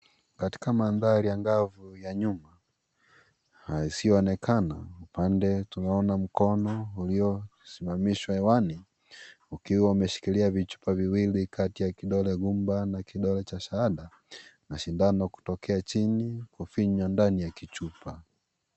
Katika mandhari angavu ya nyumba isiyoonekana. Upande tunaona mkono ulioisimamishwa hewani ukiwa umeshikilia vichupa viwili kati ya kidole gumba na kidole cha shahada na sindano kutokea chini kufinya ndani ya kichupa.